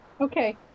okay